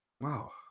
Wow